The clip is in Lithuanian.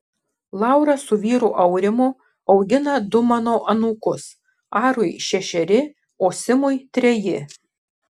laura su vyru aurimu augina du mano anūkus arui šešeri o simui treji